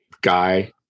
guy